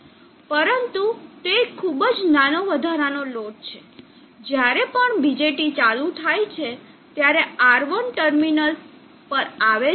પરંતુ તે ખૂબ જ નાનો વધારાનો લોડ છે જ્યારે પણ BJT ચાલુ થાય છે ત્યારે R1 ટર્મિનલ્સની પર આવે છે